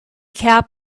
cap